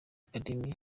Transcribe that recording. academy